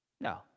No